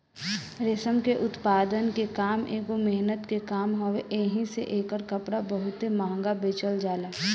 रेशम के उत्पादन के काम एगो मेहनत के काम हवे एही से एकर कपड़ा बहुते महंग बेचल जाला